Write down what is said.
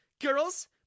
Girls